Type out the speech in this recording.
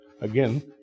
Again